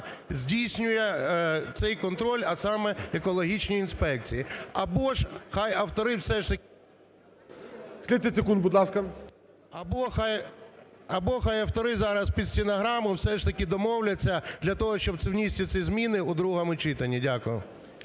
здійснює цей контроль, а саме екологічні інспекції. Або ж хай автори все ж таки… ГОЛОВУЮЧИЙ. 30 секунд, будь ласка. КРИВЕНКО В.В. Або хай автори зараз під стенограму все ж таки домовляться для того, щоб внести ці зміни у другому читанні. Дякую.